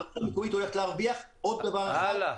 הרשות המקומית הולכת להרוויח עוד דבר אחד -- הלאה.